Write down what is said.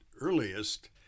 earliest